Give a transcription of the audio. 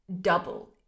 double